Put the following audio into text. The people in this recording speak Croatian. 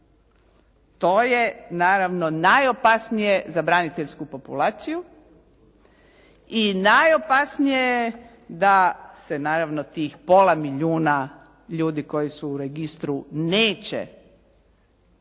to je naravno najopasnije za braniteljsku populaciju i najopasnije je da se naravno tih pola milijuna ljudi koji su u registru neće